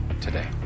today